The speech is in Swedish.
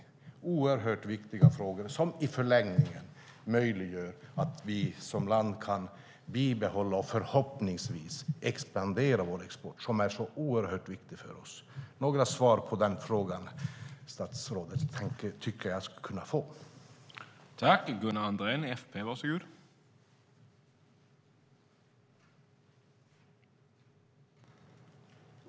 Det är oerhört viktiga frågor som i förlängningen möjliggör att vi som land kan bibehålla och förhoppningsvis expandera vår export, som är så oerhört viktig för oss. Några svar på den frågan tycker jag att jag skulle kunna få från statsrådet.